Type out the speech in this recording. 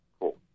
Cool